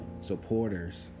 supporters